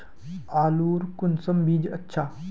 आलूर कुंसम बीज अच्छा?